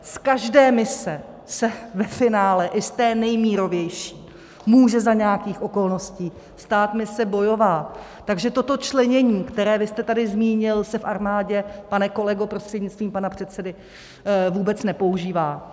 Z každé mise se ve finále, i z té nejmírovější, může za nějakých okolností stát mise bojová, takže toto členění, které vy jste tady zmínil, se v armádě, pane kolego, prostřednictvím pana předsedy, vůbec nepoužívá.